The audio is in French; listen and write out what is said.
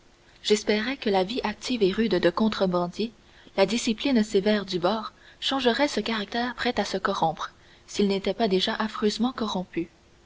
j'espérais que la vie active et rude de contrebandier la discipline sévère du bord changeraient ce caractère prêt à se corrompre s'il n'était pas déjà affreusement corrompu